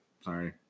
Sorry